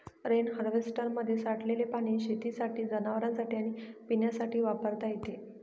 rain हार्वेस्टरमध्ये साठलेले पाणी शेतीसाठी, जनावरांनासाठी आणि पिण्यासाठी वापरता येते